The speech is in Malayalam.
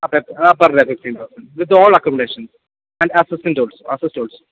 ആ per day ah per day fifteen thousand with all accommodation and assistance also assist also